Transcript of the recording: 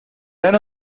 dan